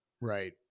Right